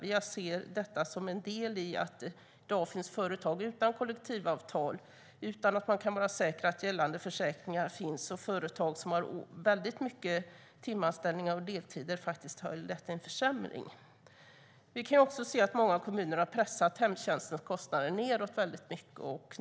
Jag ser det som en del i att det i dag finns företag utan kollektivavtal, där man inte kan vara säker på att gällande försäkringar finns, och företag som har väldigt mycket timanställningar och deltider, vilket har lett till en försämring. Många kommuner har pressat ned hemtjänstens kostnader mycket.